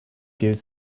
gilt